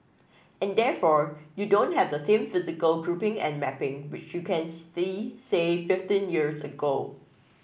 and therefore you don't have the same physical grouping and mapping which you can see say fifteen years ago